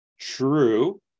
true